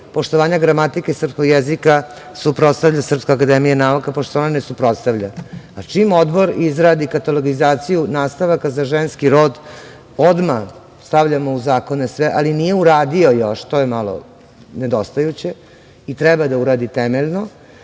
poštovanja gramatike srpskog jezika suprotstavlja SANU, pošto se ona ne suprotstavlja. Čim Odbor izradi katalogizaciju nastavaka za ženski rod, odmah stavljamo u zakone sve, ali nije uradio još, to je malo nedostajuće i treba da uradi temeljno.